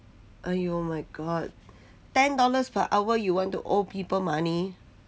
!aiyo! oh my god ten dollars per hour you want to owe people money